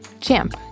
Champ